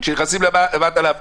כאשר נכנסים להפקדה,